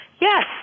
Yes